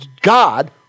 God